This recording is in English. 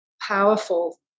powerful